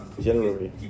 January